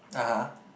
ah huh